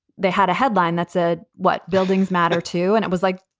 they had a headline that said what buildings matter to. and it was like,